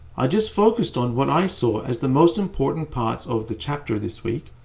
i just focused on what i saw as the most important parts of the chapter this week,